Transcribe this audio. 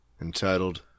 entitled